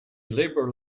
labour